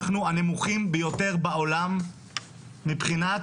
אנחנו הנמוכים בעולם מבחינת